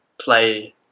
play